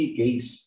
case